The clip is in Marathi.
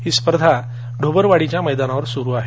ही स्पर्धा ढोबरवाडीच्या मैदानावर सुरु आहे